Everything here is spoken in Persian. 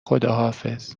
خداحافظ